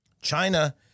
China